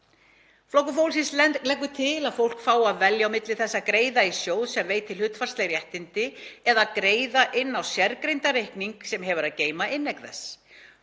Flokkur fólksins leggur til að fólk fái að velja á milli þess að greiða í sjóð sem veitir hlutfallsleg réttindi eða að greiða inn á sérgreindan reikning sem hefur að geyma inneign